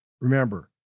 remember